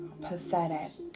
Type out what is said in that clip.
pathetic